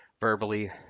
verbally